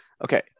Okay